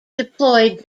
deployed